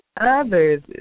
others